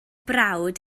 brawd